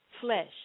flesh